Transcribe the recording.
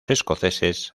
escoceses